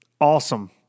awesome